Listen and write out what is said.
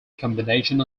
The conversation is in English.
combination